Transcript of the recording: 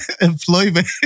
employment